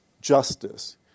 justice